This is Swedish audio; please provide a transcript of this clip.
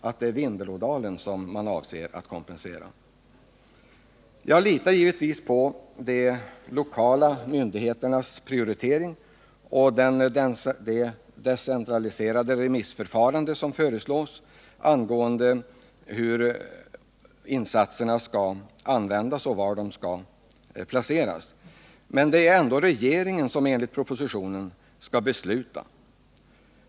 Jag litar givetvis på de lokala myndigheternas prioritering och det decentraliserade remissförfarande som föreslås om hur och var insatserna skall sättas in. Men det är ändå regeringen som enligt propositionen skall besluta.